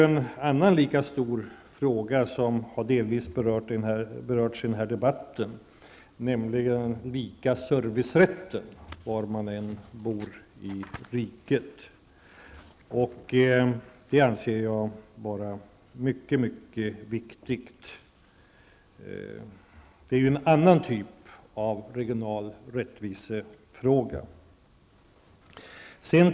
En annan lika stor fråga som delvis har berörts i den här debatten är rätten till samma service var man än bor i riket. Den anser jag vara mycket viktig. Det är också en fråga om regional rättvisa, fast av annan typ.